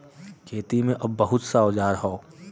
खेती में अब बहुत सा औजार हौ